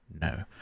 No